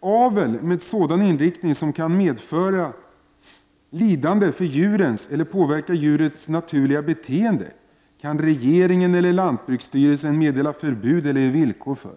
avel med sådan inriktning som kan medföra lidande för djuren eller påverka djurens naturliga beteende kan regeringen eller lantbruksstyrelsen meddela förbud eller villkor för.